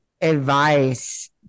advice